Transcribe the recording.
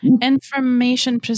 Information